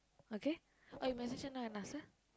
okay or you message her now and ask her